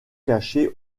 caché